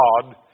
God